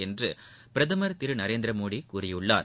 என்று பிரதமர் திரு நரேந்திரமோடி கூறியிருக்கிறார்